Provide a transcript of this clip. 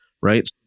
Right